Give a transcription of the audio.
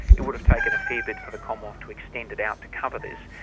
it would've taken a fair bit for the commonwealth to extend it out to cover this,